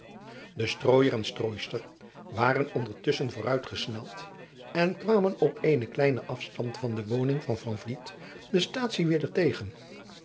e strooijer en strooister waren ondertusschen vooruitgesneld en kwamen op eenen kleinen afstand van de woning van de staatsie weder tegen